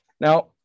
Now